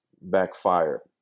backfire